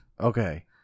Okay